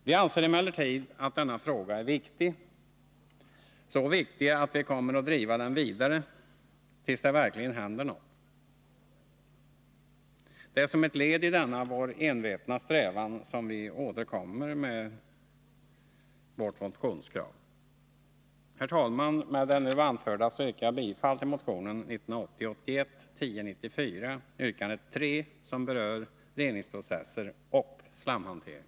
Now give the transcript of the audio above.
Vi anser emellertid att denna fråga är så viktig att vi kommer att driva den vidare tills det verkligen händer något. Det är som ett led i denna vår envetna strävan som vi nu återkommer med vårt motionskrav. Herr talman! Med det nu anförda yrkar jag bifall till motionen 1980/81:1094, yrkande 3, som berör reningsprocesser och slamhantering.